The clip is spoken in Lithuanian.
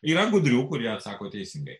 yra gudrių kurie atsako teisingai